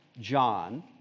John